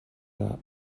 даа